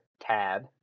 tab